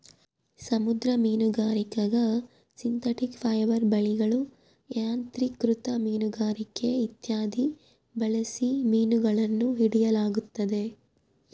ಸಮುದ್ರ ಮೀನುಗಾರಿಕ್ಯಾಗ synthetic fibre ಬಲೆಗಳು, ಯಾಂತ್ರಿಕೃತ ಮೀನುಗಾರಿಕೆ ಇತ್ಯಾದಿ ಬಳಸಿ ಮೀನುಗಳನ್ನು ಹಿಡಿಯಲಾಗುತ್ತದೆ